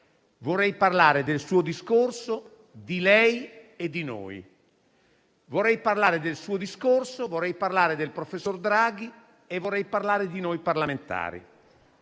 Vorrei parlare del suo discorso, di lei e di noi. Vorrei parlare del suo discorso, del professor Draghi e di noi parlamentari.